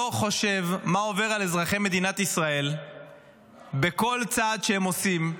לא חושב מה עובר על אזרחי מדינת ישראל בכל צעד שהם עושים,